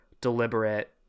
deliberate